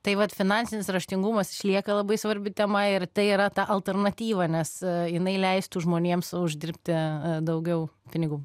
tai vat finansinis raštingumas išlieka labai svarbi tema ir tai yra ta alternatyva nes jinai leistų žmonėms uždirbti daugiau pinigų